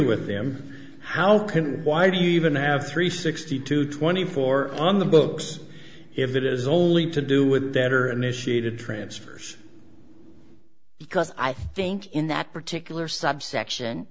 with them how can why do you even have three sixty two twenty four on the books if it is only to do with that or an issue a to transfers because i think in that particular subsection